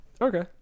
Okay